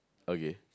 okay